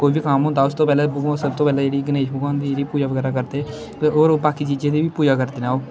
कोई बी कम्म होंदा उस तों पैह्लें भगवा सब्भ तों पैह्लें जेह्ड़ी गनेश भगवान दी जेह्ड़ी पूजा बगैरा करदे ते होर ओह् बाकी चीजें दी बी पूजा करदे न ओह्